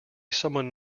someone